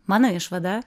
mano išvada